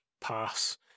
Pass